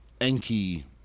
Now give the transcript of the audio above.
Enki